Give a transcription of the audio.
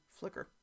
Flickr